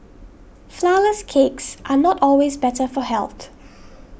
Flourless Cakes are not always better for health